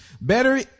better